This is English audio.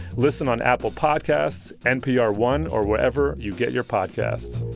listen on apple podcasts, npr one or wherever you get your podcasts